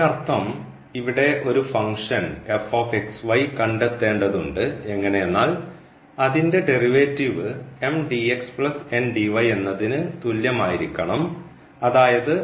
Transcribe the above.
അതിനർത്ഥം ഇവിടെ ഒരു ഫംഗ്ഷൻ കണ്ടെത്തേണ്ടതുണ്ട് എങ്ങനെയെന്നാൽ അതിൻറെ ഡെറിവേറ്റീവ് എന്നതിന് തുല്യം ആയിരിക്കണം അതായത്